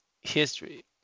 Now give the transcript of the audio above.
history